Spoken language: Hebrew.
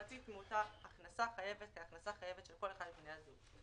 מחצית מאותה הכנסה חייבת כהכנסה חייבת של כל אחד מבני הזוג,